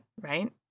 right